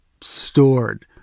stored